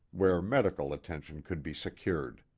where medical attention could be secured.